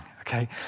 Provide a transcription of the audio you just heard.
okay